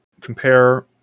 compare